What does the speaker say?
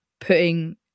putting